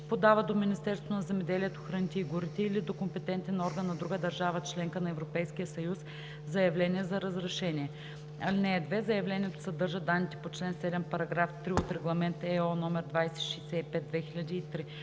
подава до Министерството на земеделието, храните и горите или до компетентен орган на друга държава – членка на Европейския съюз, заявление за разрешение. (2) Заявлението съдържа данните по чл. 7, параграф 3 от Регламент (ЕО) № 2065/2003.